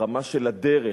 ברמה של הדרך.